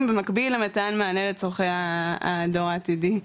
במקביל למתן מענה לצורכי הדור העתידי,